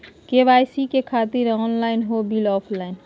KYC से खातिर online हो बिल ऑफलाइन?